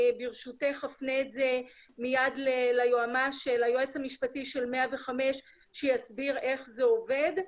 ברשותך אני אפנה את זה מיד ליועץ המשפטי של 105 שיסביר איך זה עובד,